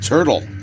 Turtle